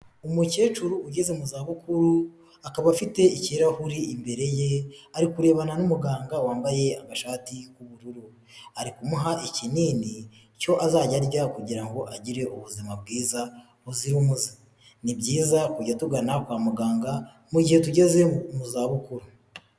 Umukecuru ugeze mu zabukuru, akaba afite ikirahuri imbere ye, ari kurerebana n'umuganga wambaye agashati k'ubururu, ari kumuha ikinini cyo azajya arya kugira ngo agire ubuzima bwiza muzira umuze. Ni byiza kujya tugana kwa muganga mu gihe tugeze mu zabukuru.